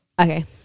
Okay